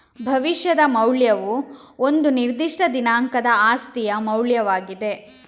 ಭವಿಷ್ಯದ ಮೌಲ್ಯವು ಒಂದು ನಿರ್ದಿಷ್ಟ ದಿನಾಂಕದ ಆಸ್ತಿಯ ಮೌಲ್ಯವಾಗಿದೆ